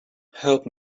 help